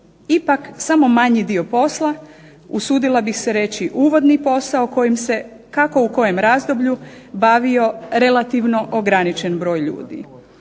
ipak samo manji dio posla, usudila bih se reći uvodni posao kojim se kako u kojem razdoblju bavio relativno ograničen broj ljudi.